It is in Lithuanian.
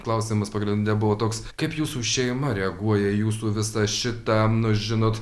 klausimas pagrinde buvo toks kaip jūsų šeima reaguoja į jūsų visą šitą nu žinot